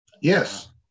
Yes